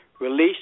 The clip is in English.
released